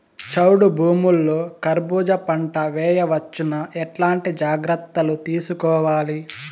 చౌడు భూముల్లో కర్బూజ పంట వేయవచ్చు నా? ఎట్లాంటి జాగ్రత్తలు తీసుకోవాలి?